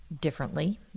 differently